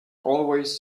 always